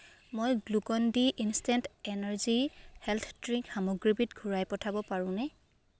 মই Glucon D instant energy health drink সামগ্ৰীবিধ ঘূৰাই পঠিয়াব পাৰোঁনে